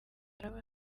araba